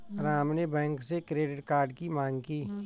राम ने बैंक से credit card की माँग की